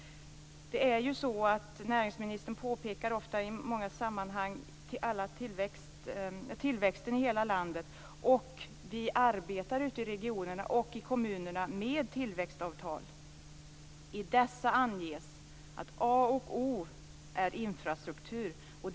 Näringsministern pekar ju ofta och i många sammanhang på tillväxten i hela landet, och vi arbetar ute i regionerna och i kommunerna med tillväxtavtal. I dessa anges att infrastrukturen är A och O.